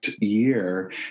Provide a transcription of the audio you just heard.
year